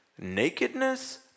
nakedness